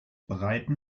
breiten